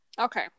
Okay